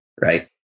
right